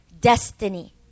destiny